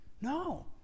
No